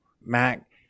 Mac